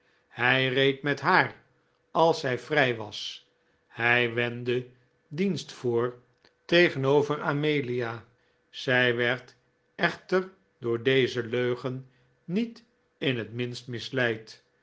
hij reed met haar als zij vrij was hij wendde dienst voor tegenover amelia zij werd echter door deze leugen niet in het minst misleid